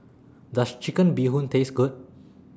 Does Chicken Bee Hoon Taste Good